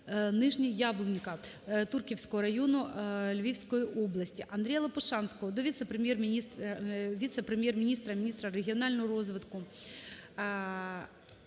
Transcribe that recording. Нижня Яблунька Турківського району Львівської області. Андрія Лопушанського до Віце-прем’єр-міністра - міністра регіонального розвитку,